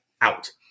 out